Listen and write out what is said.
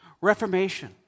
reformation